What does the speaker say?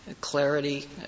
clarity